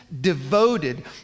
devoted